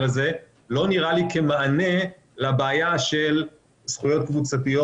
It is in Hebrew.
הזה לא נראה לי מענה לבעיה של זכויות קבוצתיות,